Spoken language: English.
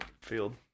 field